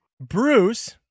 Bruce